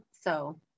So-